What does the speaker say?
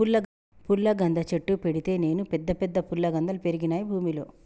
పుల్లగంద చెట్టు పెడితే నేను పెద్ద పెద్ద ఫుల్లగందల్ పెరిగినాయి భూమిలో